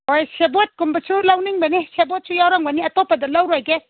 ꯍꯣꯏ ꯁꯦꯕꯣꯠ ꯀꯨꯝꯕꯁꯨ ꯂꯧꯅꯤꯡꯕꯅꯤ ꯁꯦꯕꯣꯠꯁꯨ ꯌꯥꯎꯔꯝꯒꯅꯤ ꯑꯇꯣꯞꯄꯗ ꯂꯧꯔꯣꯏꯒꯦ